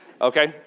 Okay